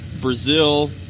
Brazil